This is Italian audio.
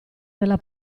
nella